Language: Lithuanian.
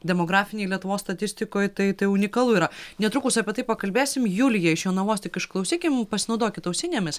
demografinėj lietuvos statistikoj tai tai unikalu yra netrukus apie tai pakalbėsim juliją iš jonavos tik išklausykim pasinaudokit ausinėmis